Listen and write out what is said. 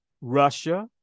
Russia